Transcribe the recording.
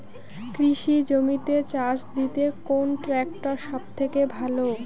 কৃষি জমিতে চাষ দিতে কোন ট্রাক্টর সবথেকে ভালো?